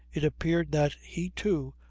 it appeared that he, too,